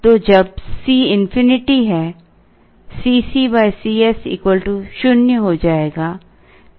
तो जब C infinity है Cc C s 0 हो जाएगा